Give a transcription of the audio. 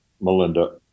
Melinda